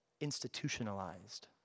institutionalized